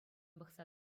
пӑхса